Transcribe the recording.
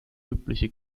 übliche